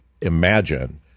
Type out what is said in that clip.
imagine